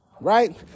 Right